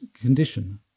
condition